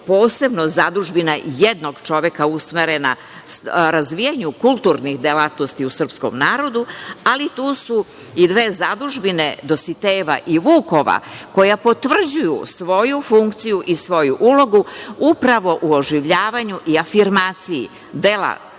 posebno Zadužbina jednog čoveka usmerena razvijanju kulturnih delatnosti u srpskom narodu, ali tu su i dve zadužbine Dositejeva i Vukova, koja potvrđuju svoju funkciju i svoju ulogu upravo u oživljavanju i afirmaciji dela